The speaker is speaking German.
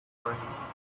bein